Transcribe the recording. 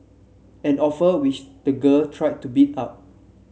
an offer which the girl tried to beat up